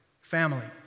Family